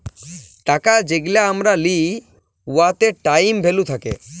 টাকা যেগলা আমরা লিই উয়াতে টাইম ভ্যালু থ্যাকে